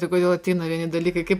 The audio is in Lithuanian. tai kodėl ateina vieni dalykai kaip